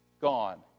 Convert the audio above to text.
gone